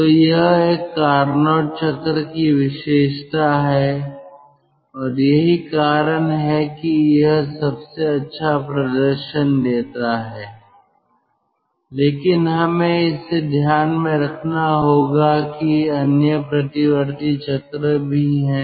तो यह एक कार्नोट चक्र की विशेषता है और यही कारण है कि यह सबसे अच्छा प्रदर्शन देता है लेकिन हमें इसे ध्यान में रखना होगा कि अन्य प्रतिवर्ती चक्र भी हैं